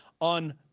on